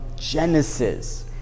Genesis